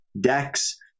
decks